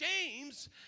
James